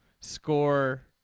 score